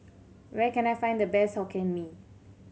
where can I find the best Hokkien Mee